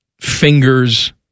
fingers